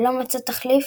ולא מצאה תחליף